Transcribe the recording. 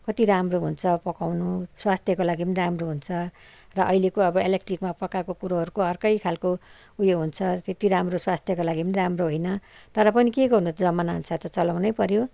कति राम्रो हुन्छ पकाउनु स्वास्थ्यको लागि पनि राम्रो हुन्छ र अहिलेको अब इलेक्ट्रिकमा पकाएको कुरोहरूको अब अर्कै खालको ऊ यो हुन्छ त्यति राम्रो स्वास्थ्यको लागि पनि राम्रो होइन तर पनि के गर्नु जमाना अनुसार त चलाउनै पऱ्यो